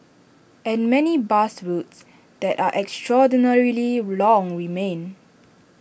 and many bus routes that are extraordinarily long remain